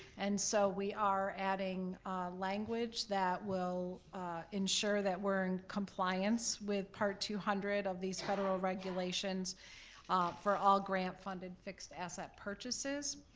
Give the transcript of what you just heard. and so we are adding language that will ensure that we're in compliance with part two hundred of these federal regulations ah for all grant funded fixed asset purchases.